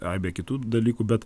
aibė kitų dalykų bet